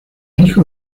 hijo